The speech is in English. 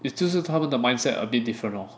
it's 就是他们的 mindset a bit different lor